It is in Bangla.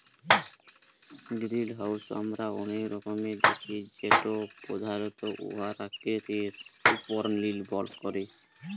গিরিলহাউস আমরা অলেক রকমের দ্যাখি যেট পধালত উয়ার আকৃতির উপর লির্ভর ক্যরে